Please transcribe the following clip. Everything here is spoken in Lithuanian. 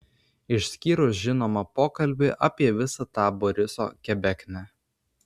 išskyrus žinoma pokalbį apie visą tą boriso kebeknę